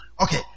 Okay